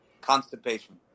Constipation